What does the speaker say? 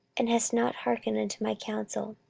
and hast not hearkened unto my counsel.